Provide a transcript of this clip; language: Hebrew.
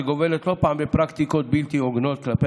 שגובלת לא פעם בפרקטיקות בלתי הוגנות כלפי